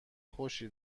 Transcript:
خوشی